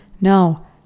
no